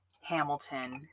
Hamilton